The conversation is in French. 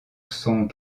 sont